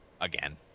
Again